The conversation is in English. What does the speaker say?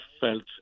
felt